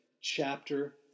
chapter